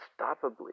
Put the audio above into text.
unstoppably